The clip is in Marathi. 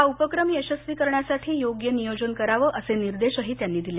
हा उपक्रम यशस्वी करण्यासाठी योग्य नियोजन करावं असे निर्देशही त्यांनी दिले